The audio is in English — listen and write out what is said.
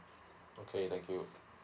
okay thank you